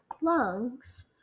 lungs